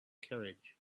carriage